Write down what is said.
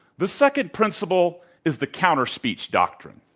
the second principle is the counter-speech doctrine.